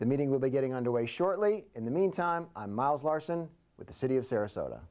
the meeting will be getting underway shortly in the mean time miles larsen with the city of sarasota